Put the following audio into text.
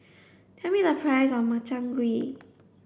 tell me the price of Makchang Gui